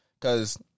Cause